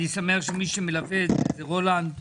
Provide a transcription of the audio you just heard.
אני שמח שמי שמלווה את זה זה רולנד,